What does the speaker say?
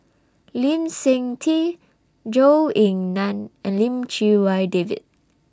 Lee Seng Tee Zhou Ying NAN and Lim Chee Wai David